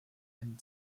and